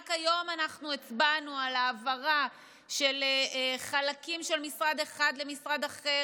רק היום הצבענו על העברה של חלקים של משרד אחד למשרד אחר,